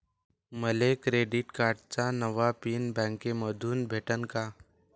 मले क्रेडिट कार्डाचा नवा पिन बँकेमंधून भेटन का?